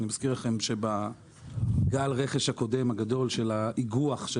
אני מזכיר לכם שבגל הרכש הגדול הקודם של האיגוח של